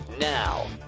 Now